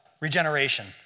regeneration